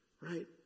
right